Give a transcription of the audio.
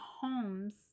homes